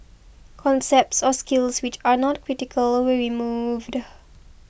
concepts or skills which are not critical were removed